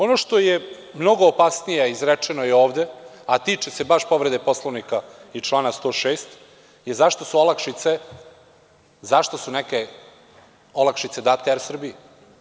Ono što je mnogo opasnije, a izrečeno je ovde, a tiče se baš povrede Poslovnika i člana 106. je zašto su olakšice, zašto su neke olakšice date Er Srbiji?